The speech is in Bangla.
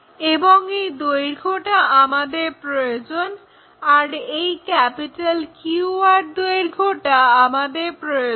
এবং এই দৈর্ঘ্যটা আমাদের প্রয়োজন আর এই QR দৈর্ঘ্যটা আমাদের প্রয়োজন